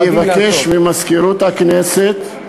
ואני אבקש ממזכירות הכנסת,